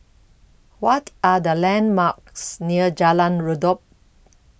What Are The landmarks near Jalan Redop